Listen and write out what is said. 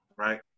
Right